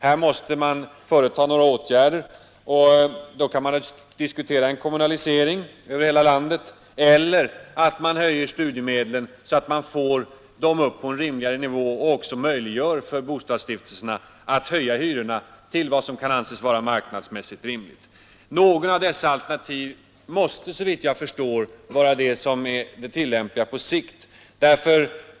Här måste man vidta några åtgärder, och då kan man dels diskutera en kommunalisering av studentbostäderna, dels en ökning av studiemedlen, så att man får upp dem på en rimligare nivå och också möjliggör för bostadsstiftelserna att höja hyrorna till vad som kan anses vara marknadsmässigt motiverat. Något av dessa alternativ måste såvitt jag förstår vara det enda möjliga på sikt.